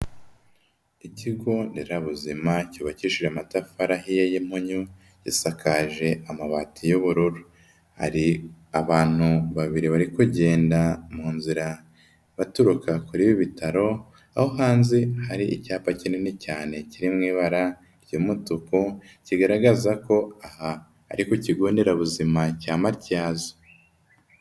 Ikigo nderabuzima cyubakishije amatafari ahiye y'imunyu isakaje amabati y'ubururu, hari abantu babiri bari kugenda mu nzira, baturuka kuri ibi bitaro, aho hanze hari icyapa kinini cyane kirimo ibara ry'umutuku, kigaragaza ko aha ari ku kigo nderabuzima cya Matyazo.